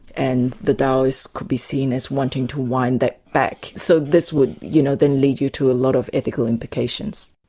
and the daos could be seen as wanting to wind that back. so this would you know then lead you to a lot of ethical implications.